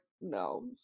no